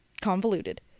convoluted